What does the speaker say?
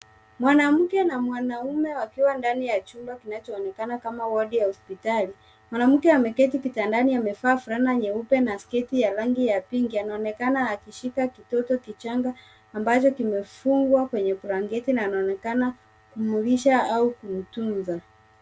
Mwanamke na mwanaume wakiwa ndani ya chumba kinachoonekana kama wadi ya hospitali. Mwanamke ameketi kitandani, amevaa fulana nyeupe na sketi ya rangi ya pink . Anaonekana akishika kitoto kichanga ambacho kimefungwa kwenye blanketi na anaonekana kumlisha au kumtunza.